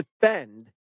defend